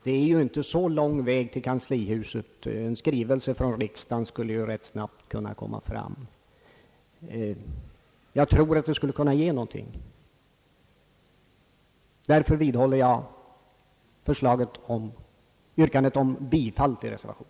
Det är ju inte så lång väg till kanslihuset, och en skrivelse från riksdagen skulle rätt snabbt komma fram. Jag tror att den skulle kunna ge någonting, och därför vidhåller jag yrkandet om bifall till reservationen.